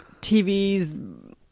TV's